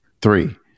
Three